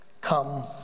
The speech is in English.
Come